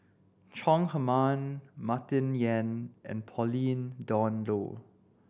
Chong Heman Martin Yan and Pauline Dawn Loh